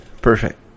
Perfect